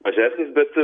mažesnis bet